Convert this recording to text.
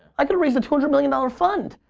i could've raised a two hundred million dollars fund.